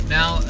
Now